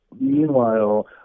Meanwhile